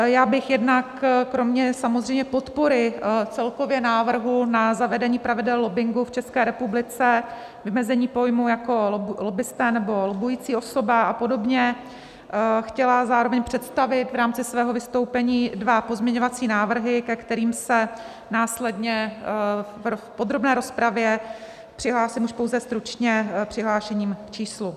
Já bych jednak kromě samozřejmě podpory celkově návrhu na zavedení pravidel lobbingu v České republice, vymezení pojmů jako lobbista nebo lobbující osoba a podobně, chtěla zároveň představit v rámci svého vystoupení dva pozměňovací návrhy, ke kterým se následně v podrobné rozpravě přihlásím pouze stručně přihlášením k číslu.